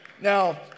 Now